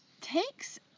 takes